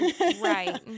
Right